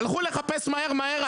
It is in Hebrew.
הלכו לחפש מהר מהר,